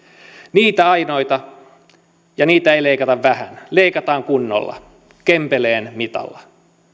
niitä ainoita ja niitä ei leikata vähän leikataan kunnolla kempeleen mitalla